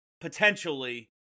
potentially